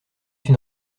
une